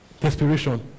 Desperation